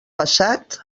passat